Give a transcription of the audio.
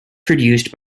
produced